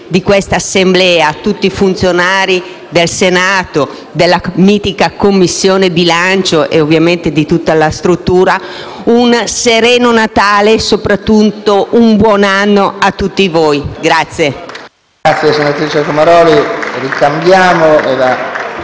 a tutti i funzionari del Senato e della mitica Commissione bilancio - e ovviamente di tutta la struttura - un sereno Natale e soprattutto un buon anno.